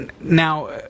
now